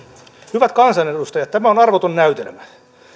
hyvät kansanedustajat tämä on arvoton näytelmä